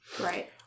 Right